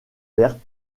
vertes